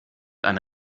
eine